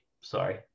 Sorry